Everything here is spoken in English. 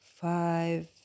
five